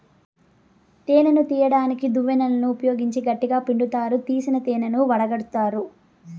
తేనెను తీయడానికి దువ్వెనలను ఉపయోగించి గట్టిగ పిండుతారు, తీసిన తేనెను వడగట్టుతారు